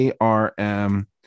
arm